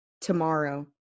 tomorrow